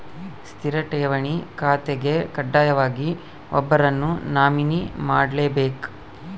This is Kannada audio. ಸ್ಥಿರ ಠೇವಣಿ ಖಾತೆಗೆ ಕಡ್ಡಾಯವಾಗಿ ಒಬ್ಬರನ್ನು ನಾಮಿನಿ ಮಾಡ್ಲೆಬೇಕ್